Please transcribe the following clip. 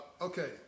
Okay